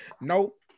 Nope